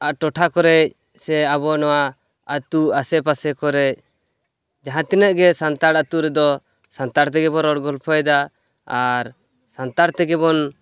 ᱟᱨ ᱴᱚᱴᱷᱟ ᱠᱚᱨᱮᱫ ᱥᱮ ᱟᱵᱚ ᱱᱚᱣᱟ ᱟᱹᱛᱩ ᱟᱥᱮᱯᱟᱥᱮ ᱠᱚᱨᱮ ᱡᱟᱦᱟᱸ ᱛᱤᱱᱟᱹᱜ ᱜᱮ ᱥᱟᱱᱛᱟᱲ ᱟᱹᱛᱩ ᱨᱮᱫᱚ ᱥᱟᱱᱛᱟᱲ ᱛᱮᱜᱮᱵᱚ ᱨᱚᱲ ᱜᱚᱞᱯᱷᱚᱭᱮᱫᱟ ᱟᱨ ᱥᱟᱱᱛᱟᱲ ᱛᱮᱜᱮᱵᱚᱱ